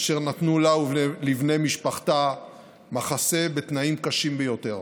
אשר נתנו לה ולבני משפחתה מחסה בתנאים קשים ביותר.